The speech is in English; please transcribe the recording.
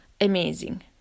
amazing